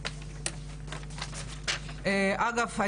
אגב,